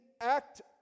act